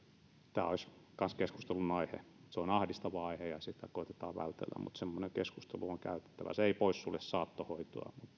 tämä olisi kanssa keskustelunaihe se on ahdistava aihe ja sitä koetetaan vältellä mutta semmoinen keskustelu on käytävä se ei poissulje saattohoitoa